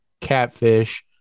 catfish